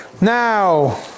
Now